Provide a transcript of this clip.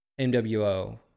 MWO